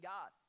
God